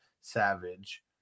savage